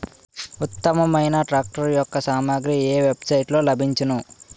ఉత్తమమైన ధరలో ట్రాక్టర్ యెక్క సామాగ్రి ఏ వెబ్ సైట్ లో లభించును?